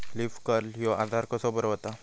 Leaf curl ह्यो आजार कसो बरो व्हता?